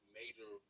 major